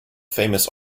famous